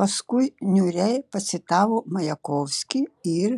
paskui niūriai pacitavo majakovskį ir